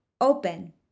open